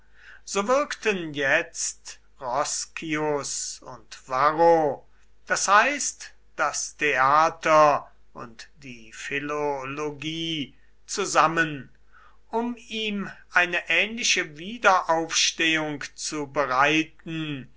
so wirkten jetzt roscius und varro das heißt das theater und die philologie zusammen um ihm eine ähnliche wiederaufstehung zu bereiten